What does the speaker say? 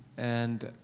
and